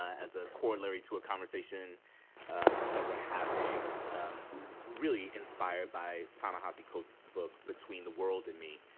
as a corollary to a conversation that we're having really inspired by ta-nehisi coates' book, between the world and me.